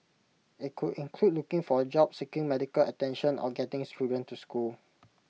IT could include looking for A job seeking medical attention or getting children to school